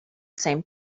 same